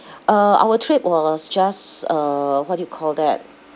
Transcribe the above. uh our trip was just uh what do you call that